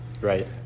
Right